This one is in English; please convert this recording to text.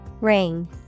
Ring